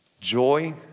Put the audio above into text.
joy